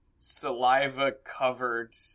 saliva-covered